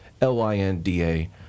L-Y-N-D-A